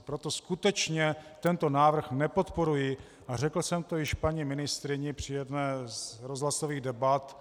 Proto skutečně tento návrh nepodporuji a řekl jsem to již paní ministryni při jedné z rozhlasových debat.